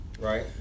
right